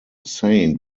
saint